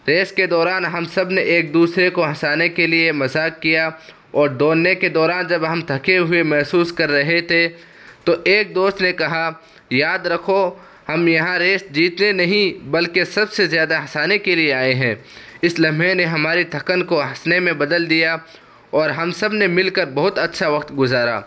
race کے دوران ہم سب نے ایک دوسرے کو ہنسانے کے لیے مزاق کیا اور دوڑنے کے دوران جب ہم تھکے ہوئے محسوس کر رہے تھے تو ایک دوست نے کہا یاد رکھو ہم یہاں ریس جیتنے نہیں بلکہ سب سے زیادہ ہنسانے کے لیے آئے ہیں اس لمحے نے ہماری تھکن کو ہنسنے میں بدل دیا اور ہم سب نے مل کر بہت اچھا وقت گزارا